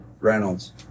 Reynolds